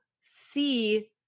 see